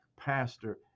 pastor